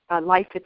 life